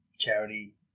charity